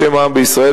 בשם העם בישראל,